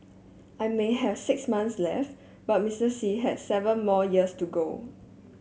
I may have six months left but Mister Xi has seven more years to go